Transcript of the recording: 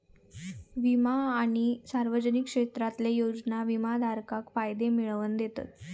विमा आणि सार्वजनिक क्षेत्रातले योजना विमाधारकाक फायदे मिळवन दितत